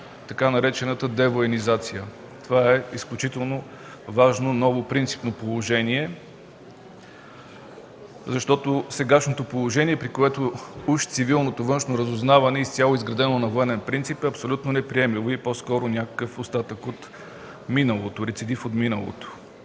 така наречената „девоенизация”. Това е изключително важно, много принципно положение, защото сегашното положение, при което уж цивилното външно разузнаване изцяло е изградено на военен принцип, е абсолютно неприемливо и по-скоро някакъв остатък от миналото, рецидив от миналото.